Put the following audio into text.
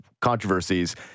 controversies